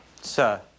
Sir